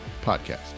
podcast